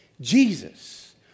Jesus